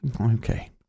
okay